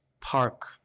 park